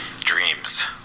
Dreams